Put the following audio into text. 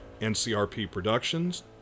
ncrpproductions